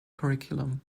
curriculum